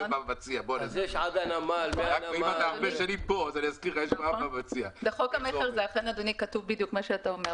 בחוק המכר, אדוני, אכן כתוב בדיוק מה שאתה אומר.